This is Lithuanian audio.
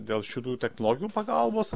dėl šitų technologijų pagalbos